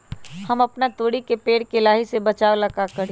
हम अपना तोरी के पेड़ के लाही से बचाव ला का करी?